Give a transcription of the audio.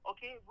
Okay